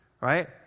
right